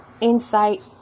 insight